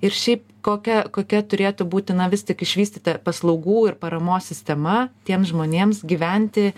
ir šiaip kokia kokia turėtų būti na vis tik išvystyta paslaugų ir paramos sistema tiems žmonėms gyventi